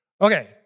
Okay